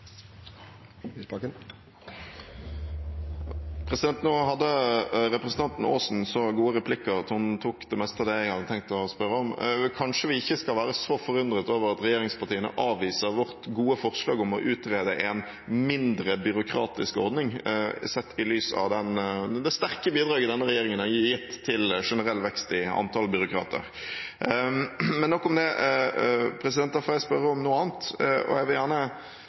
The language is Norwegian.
Nå hadde representanten Aasen så gode replikker at hun tok det meste av det jeg hadde tenkt å spørre om. Kanskje vi ikke skal være så forundret over at regjeringspartiene avviser vårt gode forslag om å utrede en mindre byråkratisk ordning sett i lys av det sterke bidraget denne regjeringen har gitt til generell vekst i antall byråkrater. Nok om det. Da får jeg spørre om noe annet. Jeg vil gjerne